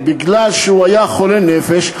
הוא היה חולה נפש,